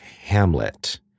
Hamlet